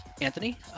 Anthony